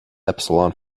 epsilon